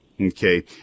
okay